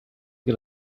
che